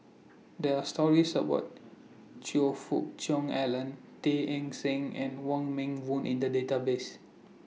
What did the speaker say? There Are stories about Choe Fook Cheong Alan Tay Eng Soon and Wong Meng Voon in The Database